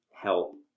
help